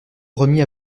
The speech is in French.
remis